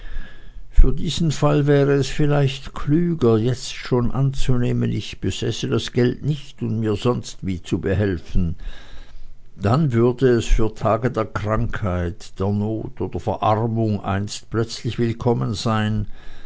für diesen fall wäre es vielleicht klüger jetzt schon anzunehmen ich besäße das geld nicht und mir sonstwie zu behelfen dann würde es für tage der krankheit der not oder verarmung einst plötzlich willkommen sein